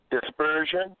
dispersion